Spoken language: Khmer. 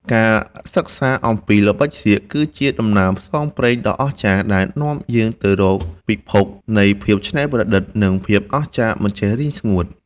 ការសិក្សាអំពីល្បិចសៀកគឺជាដំណើរផ្សងព្រេងដ៏អស្ចារ្យដែលនាំយើងទៅរកពិភពនៃភាពច្នៃប្រឌិត និង ភាពអស្ចារ្យមិនចេះរីងស្ងួត។